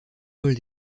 vol